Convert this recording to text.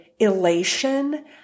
Elation